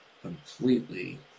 completely